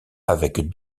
avec